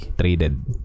traded